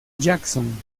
jackson